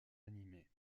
animé